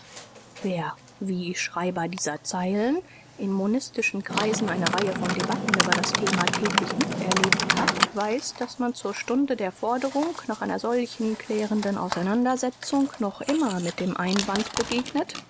wer wie schreiber dieser zeilen in mon kreisen eine reihe von debatten über dieses thema tätig miterlebt hat weiß daß man zur stunde der forderung nach einer solchen klärenden auseinandersetzung noch immer mit dem einwand begegnet